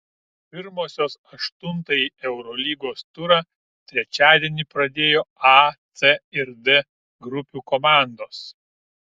pirmosios aštuntąjį eurolygos turą trečiadienį pradėjo a c ir d grupių komandos